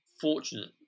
fortunate